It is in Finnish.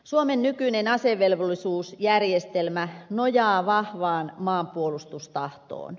suomen nykyinen asevelvollisuusjärjestelmä nojaa vahvaan maanpuolustustahtoon